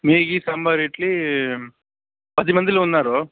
mini ghee sambar idli పది మందిలో ఉన్నారు